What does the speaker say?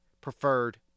preferred